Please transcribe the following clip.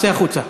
צא החוצה.